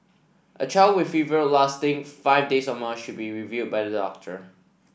a child with fever lasting five days or more should be reviewed by the doctor